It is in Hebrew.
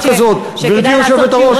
מציאות כזאת, גברתי היושבת-ראש.